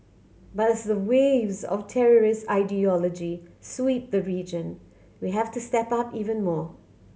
but as the waves of terrorist ideology sweep the region we have to step up even more